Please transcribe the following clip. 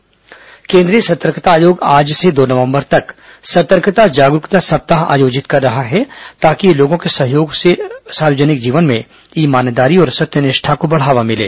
सतर्कता जागरूकता केन् द्रीय सतर्कता आयोग आज से दो नवम्बर तक सतर्कता जागरूकता सप्ताह आयोजित कर रहा है ताकि लोगों के सहयोग से सार्वजनिक जीवन में ईमानदारी और सत्यनिष्ठा को बढ़ावा मिले